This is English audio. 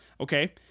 okay